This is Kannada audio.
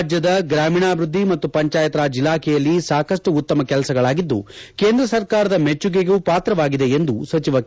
ರಾಜ್ಯದ ಗ್ರಾಮೀಣಾಭಿವೃದ್ಧಿ ಮತ್ತು ಪಂಚಾಯತ್ ರಾಜ್ ಇಲಾಖೆಯಲ್ಲಿ ಸಾಕಷ್ಟು ಉತ್ತಮ ಕೆಲಸಗಳಾಗಿದ್ದು ಕೇಂದ್ರ ಸರ್ಕಾರದ ಮೆಚ್ಚುಗೆಗೂ ಪಾತ್ರವಾಗಿದೆ ಎಂದು ಸಚಿವ ಕೆ